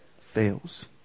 fails